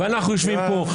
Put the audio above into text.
ואנחנו יושבים פה.